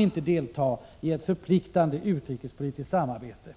inte kan delta i ett förpliktande utrikespolitiskt samarbete.